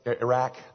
Iraq